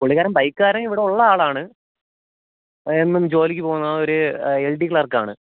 പുള്ളിക്കാരൻ ബൈക്കുകാരൻ ഇവിടുള്ള ആളാണ് എന്നും ജോലിക്ക് പോവുന്ന ഒരു എൽ ഡി ക്ലെർക്ക് ആണ്